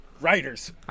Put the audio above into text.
writers